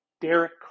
Derek